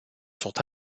sont